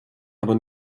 aber